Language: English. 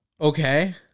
Okay